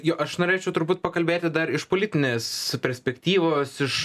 jo aš norėčiau turbūt pakalbėti dar iš politinės perspektyvos iš